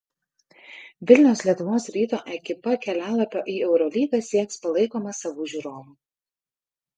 vilniaus lietuvos ryto ekipa kelialapio į eurolygą sieks palaikoma savų žiūrovų